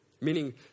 Meaning